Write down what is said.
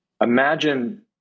imagine